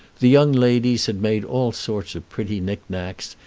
the young ladies had made all sorts of pretty knick-knacks,